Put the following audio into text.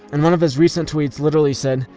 and one of his recent tweets literally said,